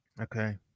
okay